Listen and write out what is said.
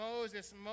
Moses